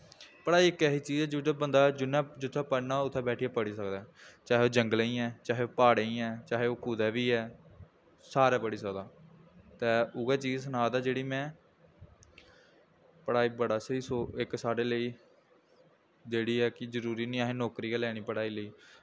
पढ़ाई इक ऐसी चीज़ ऐ जेह्ड़ा बंदा जिन्नै जित्थें बंदा पढ़ना होग उत्थें बैठियै पढ़ी सकदा ऐ चाहे ओह् जंगलैं च ऐ चाहे ओह् प्हाड़ें च ऐ चाहे ओह् कुदै बी ऐ सारै पढ़ी सकदा ते उऐ चीज़ सना दा जेह्ड़ी में पढ़ाई बड़ा स्हेई इक साढ़े लेई जेह्ड़ी ऐ कि जरूरी निं कि असें नौकरी गै लैनी पढ़ाई लेई